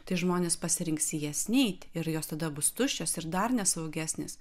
tai žmonės pasirinks į jas neiti ir jos tada bus tuščias ir dar nesaugesnės